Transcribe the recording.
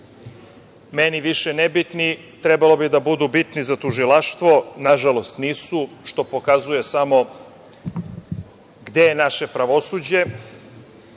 Meni više nebitni. Trebali bi da budu bitni za tužilaštvo, nažalost nisu, što pokazuje samo gde je naše pravosuđe.